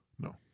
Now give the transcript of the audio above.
No